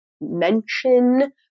mention